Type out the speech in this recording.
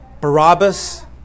Barabbas